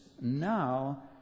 now